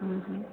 हम्म हम्म